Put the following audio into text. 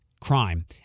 crime